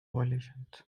violations